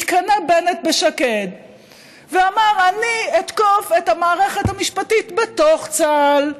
התקנא בנט בשקד ואמר: אני אתקוף את המערכת המשפטית בתוך צה"ל,